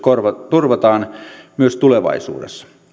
turvataan myös tulevaisuudessa